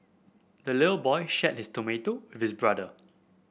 the little boy shared his tomato with brother